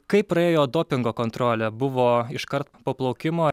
kaip praėjo dopingo kontrolė buvo iškart po plaukimo